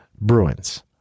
Bruins